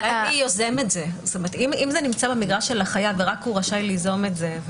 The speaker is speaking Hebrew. אם זה נמצא במגרש של החייב ורק הוא רשאי ליזום את זה,